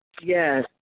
Yes